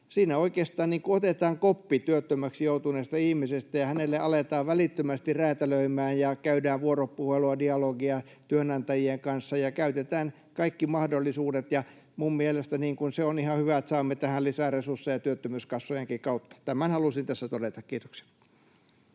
Siinä oikeastaan otetaan koppi työttömäksi joutuneesta ihmisestä ja hänelle aletaan välittömästi räätälöimään ja käydään vuoropuhelua, dialogia työnantajien kanssa ja käytetään kaikki mahdollisuudet. Minun mielestäni se on ihan hyvä, että saamme tähän lisäresursseja työttömyyskassojen kautta. Tämän halusin tässä todeta. — Kiitoksia.